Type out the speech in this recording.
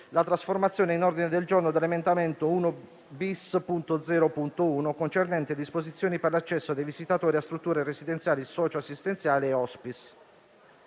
la trasformazione in ordine del giorno dell'emendamento 1-*bis*.0.1, concernente disposizioni per l'accesso dei visitatori a strutture residenziali, socio-assistenziali e *hospice*,